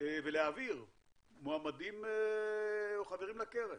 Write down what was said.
ולהעביר מועמדים או חברים לקרן,